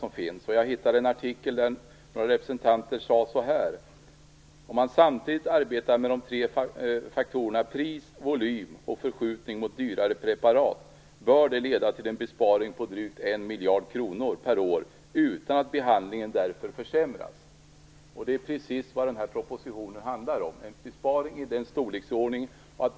Jag har hittat en artikel där några representer skrev så här: Om man samtidigt arbetar med de tre faktorerna pris, volym och förskjutning mot dyrare preparat, bör det leda till en besparing på drygt en miljard kronor per år utan att behandlingen därför försämras. En besparing i den storleksordningen är precis det som den här propositionen handlar om.